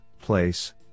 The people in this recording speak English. place